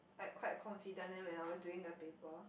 like quite confident then when I was doing the paper